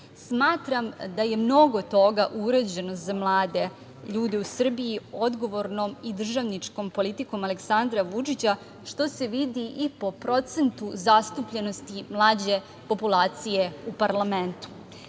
Smatram da je mnogo toga urađeno za mlade ljude u Srbiji odgovornom i državničkom politikom Aleksandra Vučića, što se vidi i po procentu zastupljenosti mlađe populacije u parlamentu. Krug